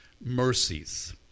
mercies